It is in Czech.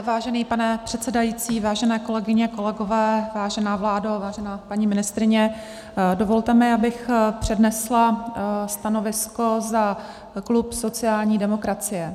Vážený pane předsedající, vážené kolegyně, kolegové, vážená vládo, vážená paní ministryně, dovolte mi, abych přednesla stanovisko za klub sociální demokracie.